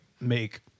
make